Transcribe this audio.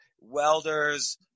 welders